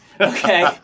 okay